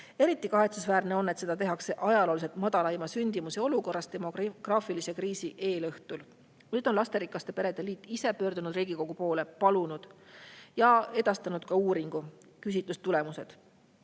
Eriti kahetsusväärne on, et seda tehakse ajalooliselt madalaima sündimuse olukorras, demograafilise kriisi eelõhtul. Nüüd on lasterikaste perede liit ise pöördunud Riigikogu poole ja edastanud ka uuringu, küsitluse tulemused.